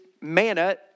manna